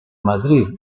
madrid